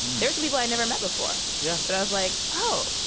there were some people i never met before. yeah but i was like, oh,